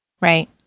Right